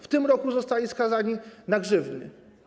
W tym roku zostali oni skazani na grzywny.